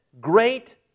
great